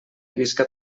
visca